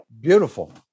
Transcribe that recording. Beautiful